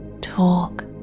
talk